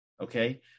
Okay